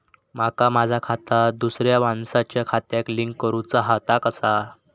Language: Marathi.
माका माझा खाता दुसऱ्या मानसाच्या खात्याक लिंक करूचा हा ता कसा?